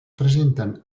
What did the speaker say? presenten